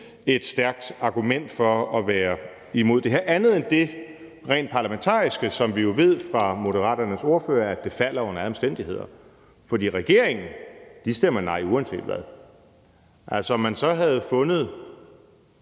et stærkt argument for at være imod det her andet end det rent parlamentariske, som vi jo ved fra Moderaternes ordfører, nemlig at det under alle omstændigheder falder. For regeringen stemmer nej, uanset hvad. Om man så havde fundet